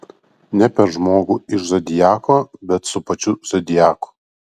ne per žmogų iš zodiako bet su pačiu zodiaku